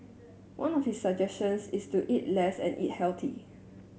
one of his suggestions is to eat less and eat healthily